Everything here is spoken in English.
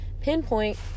pinpoint